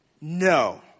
No